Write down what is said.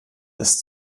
ist